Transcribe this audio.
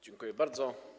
Dziękuję bardzo.